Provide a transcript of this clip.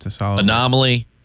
Anomaly